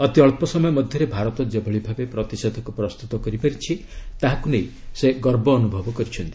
ଅତି ଅଳ୍ପ ସମୟ ମଧ୍ୟରେ ଭାରତ ଯେଭଳି ଭାବେ ପ୍ରତିଷେଧକ ପ୍ରସ୍ତୁତ କରିପାରିଛି ତାହାକୁ ନେଇ ସେ ଗର୍ବ ଅନୁଭବ କରିଛନ୍ତି